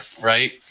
right